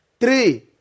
Three